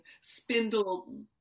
spindle